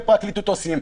כפרקליטות עושים.